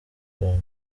zombi